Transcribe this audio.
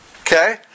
Okay